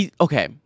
Okay